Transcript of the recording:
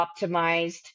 optimized